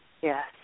Yes